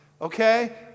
okay